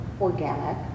organic